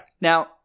Now